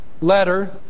letter